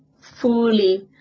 fully